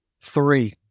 Three